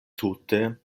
tute